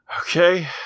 Okay